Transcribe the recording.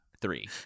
three